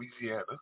Louisiana